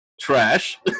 trash